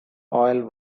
oil